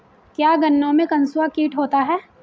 क्या गन्नों में कंसुआ कीट होता है?